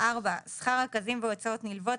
שכר רכזים והוצאות נלוות,